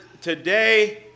Today